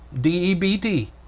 d-e-b-t